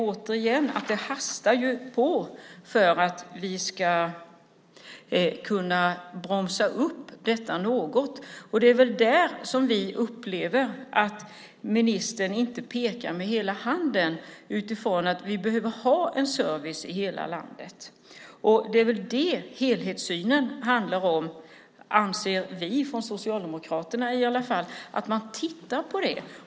Återigen hastar det på för att vi ska kunna bromsa detta något. Vi upplever att ministern inte pekar med hela handen när det gäller att vi behöver ha en service i hela landet. Det är att man tittar på det som helhetssynen handlar om, anser vi från Socialdemokraterna i alla fall.